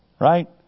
Right